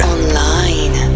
Online